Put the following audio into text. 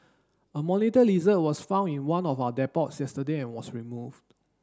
a monitor lizard was found in one of our depots yesterday and was removed